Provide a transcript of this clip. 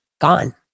gone